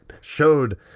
showed